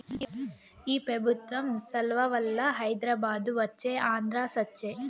ఈ పెబుత్వం సలవవల్ల హైదరాబాదు వచ్చే ఆంధ్ర సచ్చె